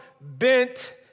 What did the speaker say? bent